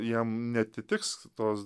jam neatitiks tos